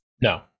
No